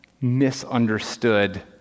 misunderstood